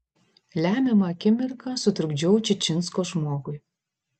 lemiamą akimirką sutrukdžiau čičinsko žmogui